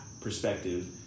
perspective